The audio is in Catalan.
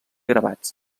gravats